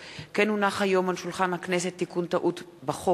כי הונחו היום על שולחן הכנסת, לקריאה